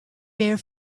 bare